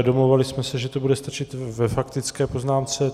Domlouvali jsme se, že to bude stačit ve faktické poznámce.